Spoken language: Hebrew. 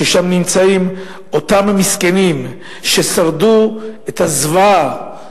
שבהם נמצאים אותם מסכנים ששרדו את הזוועה,